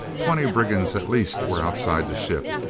twenty brigands at least were outside the ship.